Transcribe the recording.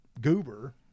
goober